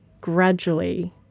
gradually